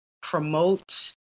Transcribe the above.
promote